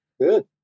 Good